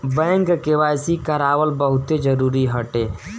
bank KYC करावल बहुते जरुरी हटे